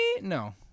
No